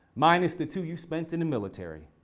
minus the two you spent in the military.